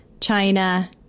China